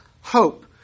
hope